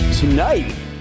Tonight